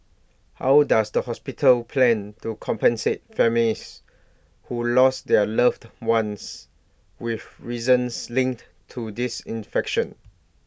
how does the hospital plan to compensate families who lost their loved ones with reasons linked to this infection